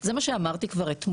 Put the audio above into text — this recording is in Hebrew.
זה מה שכבר אמרתי אתמול.